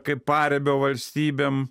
kaip paribio valstybėm